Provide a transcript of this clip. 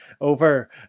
over